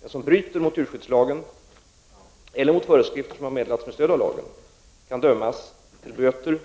Den som bryter mot djurskyddslagen eller mot föreskrifter som har meddelats med stöd av lagen kan dömas till böter